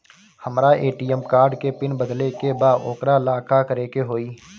हमरा ATM card के pin बदले के बा वोकरा ला का करे के होई?